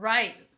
Right